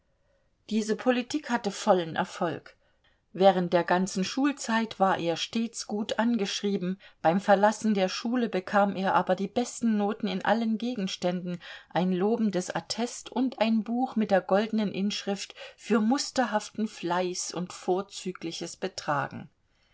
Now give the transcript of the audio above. diese politik hatte vollen erfolg während der ganzen schulzeit war er stets gut angeschrieben beim verlassen der schule bekam er aber die besten noten in allen gegenständen ein lobendes attest und ein buch mit der goldenen inschrift für musterhaften fleiß und vorzügliches betragen